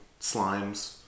slimes